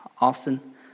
Austin